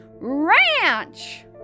Ranch